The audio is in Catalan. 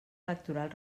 electoral